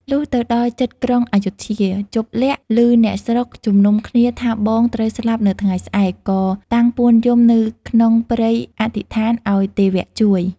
លុះទៅដល់ជិតក្រុងឰយធ្យា ជប្បលក្សណ៍ ឮអ្នកស្រុកជំនុំគ្នាថាបងត្រូវស្លាប់នៅថ្ងៃស្អែកក៏តាំងពួនយំនៅក្នុងព្រៃអធិដ្ឋានឱ្យទេវៈជួយ។